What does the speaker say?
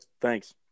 Thanks